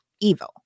evil